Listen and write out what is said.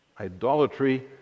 idolatry